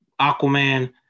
Aquaman